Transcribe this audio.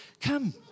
come